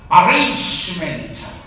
arrangement